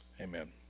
Amen